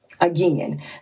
Again